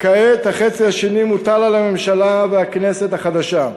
כעת החצי השני מוטל על הממשלה והכנסת החדשה.